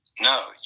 No